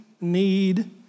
need